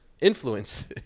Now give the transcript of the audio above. Influence